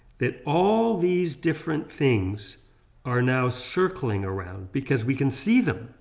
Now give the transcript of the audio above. that all these different things are now circling around because we can see them,